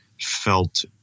felt